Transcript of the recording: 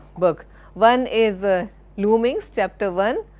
book. one is ah loomings, chapter one,